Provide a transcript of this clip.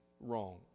wrong